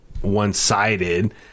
One-sided